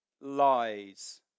lies